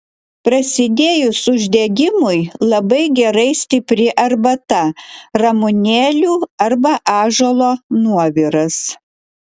prasidėjus uždegimui labai gerai stipri arbata ramunėlių arba ąžuolo nuoviras